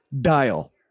dial